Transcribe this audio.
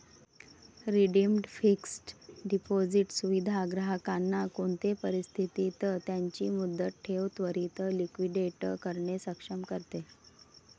redeemed fixed deposit सुविधा ग्राहकांना कोणते परिस्थितीत त्यांची मुदत ठेव त्वरीत लिक्विडेट करणे सक्षम करते